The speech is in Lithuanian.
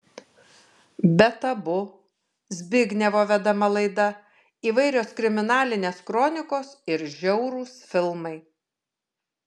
be tabu zbignevo vedama laida įvairios kriminalinės kronikos ir žiaurūs filmai